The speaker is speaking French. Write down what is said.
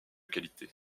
qualité